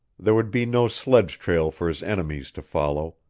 there would be no sledge-trail for his enemies to follow,